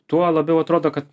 tuo labiau atrodo kad